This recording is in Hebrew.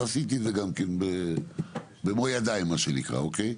ועשיתי את זה גם כן במו ידיי, מה שנקרא, אוקיי?